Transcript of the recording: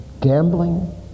gambling